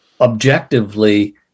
objectively